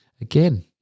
Again